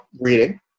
reading